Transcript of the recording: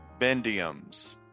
bendiums